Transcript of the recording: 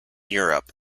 europe